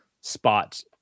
spot